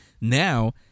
Now